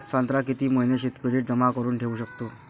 संत्रा किती महिने शीतपेटीत जमा करुन ठेऊ शकतो?